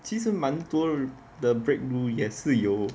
其实蛮多的 breaking 也是有